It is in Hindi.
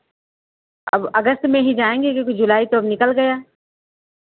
अब अगस्त में ही जाएंगे क्योंकि जुलाई तो अब निकल गया